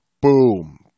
boom